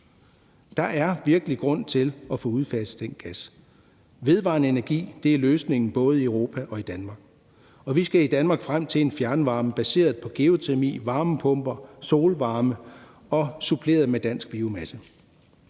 Der er virkelig grund til at få udfaset den gas. Vedvarende energi er løsningen både i Europa og i Danmark, og vi skal i Danmark frem til en fjernvarme baseret på geotermi, varmepumper og solvarme suppleret med dansk biomasse.